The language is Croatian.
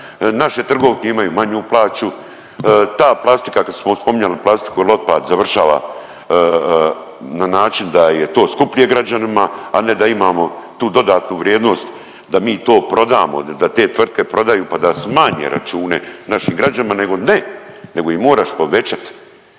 Naše trgovke imaju manju plaću. Ta plastika kad smo spominjali plastiku ili otpad završava na način da je to skuplje građanima, a ne da imamo tu dodatnu vrijednost da mi to prodamo, da te tvrtke prodaju pa da smanje račune našim građanima nego ne, nego im moraš povećat,